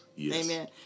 Amen